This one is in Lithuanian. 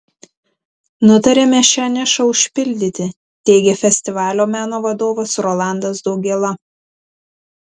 nutarėme šią nišą užpildyti teigė festivalio meno vadovas rolandas daugėla